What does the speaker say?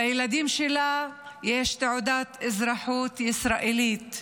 לילדים שלה יש תעודת אזרחות ישראלית,